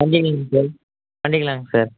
பண்ணிக்கோங்க சார் பண்ணிக்கலாங்க சார்